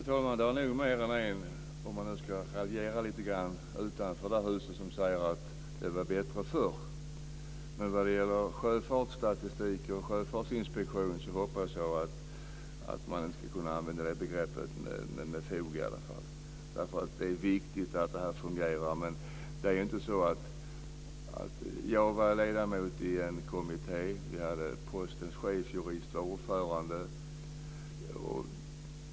Fru talman! Om man nu ska raljera lite grann så är det nog fler än en utanför det här huset som säger att det var bättre förr. Men vad gäller sjöfartsstatistik och sjöfartsinspektion hoppas jag att man ska kunna använda det andra begreppet med fog. Det är nämligen viktigt att detta fungerar. Jag har varit ledamot i en kommitté. Vi hade Postens chefsjurist som ordförande.